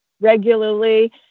regularly